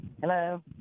Hello